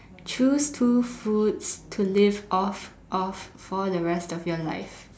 choose two foods to live off of for the rest of your life